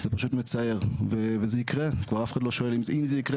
היא חלופה שלא תיתן פתרון,